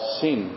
sin